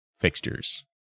fixtures